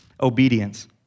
Obedience